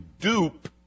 dupe